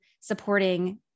supporting